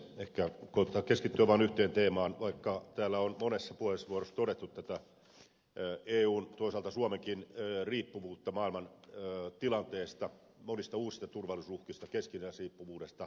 ehkä koetan keskittyä vain yhteen teemaan vaikka täällä on monessa puheenvuorossa käsitelty eun ja toisaalta suomenkin riippuvuutta maailman tilanteesta monista uusista turvallisuusuhkista keskinäisriippuvuudesta